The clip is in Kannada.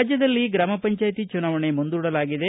ರಾಜ್ಯದಲ್ಲಿ ಗ್ರಾಮ ಪಂಚಾಯಿತಿ ಚುನಾವಣೆ ಮುಂದೂಡಲಾಗಿದೆ